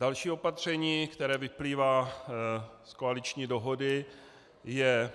Další opatření, které vyplývá z koaliční dohody, je